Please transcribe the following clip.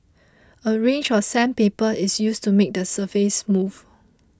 a range of sandpaper is used to make the surface smooth